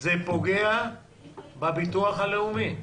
זה פוגע בביטוח הלאומי.